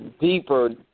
deeper